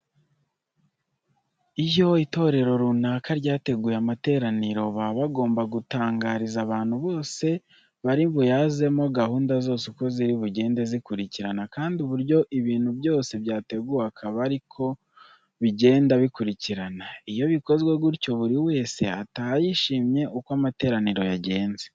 Iyo itorero runaka ryateguye amateraniro, baba bagomba gutangariza abantu bose bari buyazemo gahunda zose uko ziri bugende zikurikirana kandi uburyo ibintu byose byateguwe akaba ari ko bigenda bikurikirana. Iyo bikozwe gutyo buri wese ataha yishimiye uko amateraniro yagenze.